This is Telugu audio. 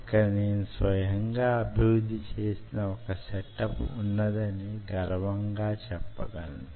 ఇక్కడ నేను స్వయంగా అభివృద్ధి చేసిన ఒక సెటప్ వున్నదని గర్వంగా చెప్పగలను